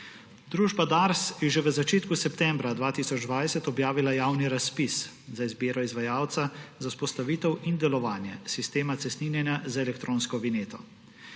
Družba Dars je že v začetku septembra 2020 objavila javni razpis za izbiro izvajalca za vzpostavitev in delovanje sistema cestninjenja z elektronsko vinjeto.